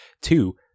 two